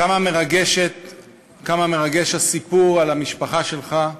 כמה מרגש הסיפור על המשפחה שלך,